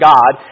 God